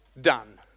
done